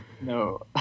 No